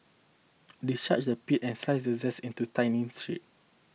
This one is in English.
discharge the pith and slice the zest into thinning strip